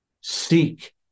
seek